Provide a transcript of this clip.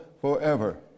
forever